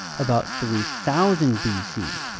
about three thousand b c.